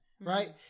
right